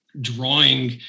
drawing